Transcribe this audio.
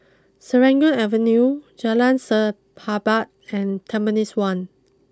Serangoon Avenue Jalan Sahabat and Tampines one